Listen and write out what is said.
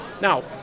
Now